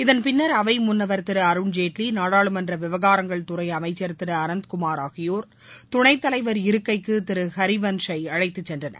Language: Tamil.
இதன் பின்னர் அவை முன்னவர் திரு அருண்ஜேட்லி நாடாளுமன்ற விவகாரங்கள் துறை அமைச்ச் திரு அனந்த்குமார் ஆகியோர் துணைத்தலைவர் இருக்கைக்கு திரு ஹரிவள்ஷை அழைத்துச் சென்றனர்